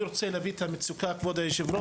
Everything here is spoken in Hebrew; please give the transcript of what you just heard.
אני רוצה להביא את המצוקה של ילדים,